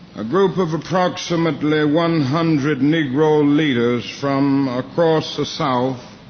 a group of approximately one hundred negro leaders from across the south